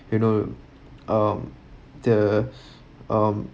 you know um the um